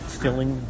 filling